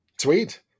Sweet